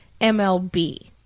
mlb